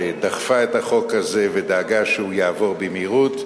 שדחפה את החוק הזה ודאגה שהוא יעבור במהירות,